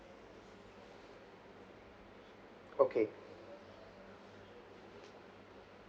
okay